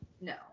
no